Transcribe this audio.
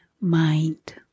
mind